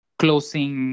closing